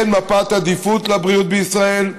אין מפת עדיפות לבריאות בישראל,